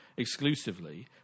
exclusively